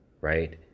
right